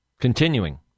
continuing